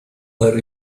are